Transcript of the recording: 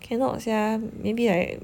cannot sia maybe like